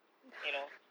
you know